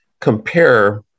compare